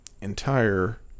entire